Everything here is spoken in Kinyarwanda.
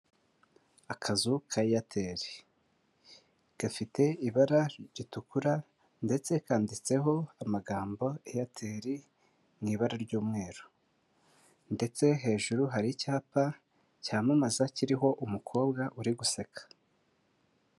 Akazu ka Eyateri gafite ibara ritukura ndetse kanditseho amagambo Eyateri mu ibara ry'umweru ndetse hejuru hari icyapa cyamamaza kiriho umukobwa uri guseka.